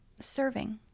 serving